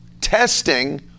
testing